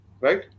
Right